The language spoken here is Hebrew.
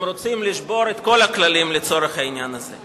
רוצים לשבור את כל הכללים לצורך העניין הזה.